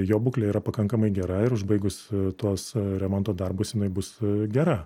jo būklė yra pakankamai gera ir užbaigus tuos remonto darbus jinai bus gera